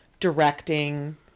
directing